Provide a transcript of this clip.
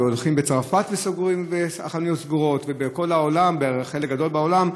הולכים בצרפת והחנויות סגורות, ובחלק גדול בעולם.